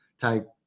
type